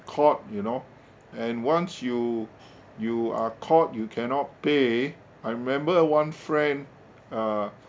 caught you know and once you you are caught you cannot pay I remember one friend uh